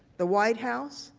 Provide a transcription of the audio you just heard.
the white house,